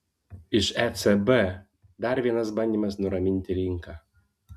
iš ecb dar vienas bandymas nuraminti rinką